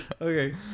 Okay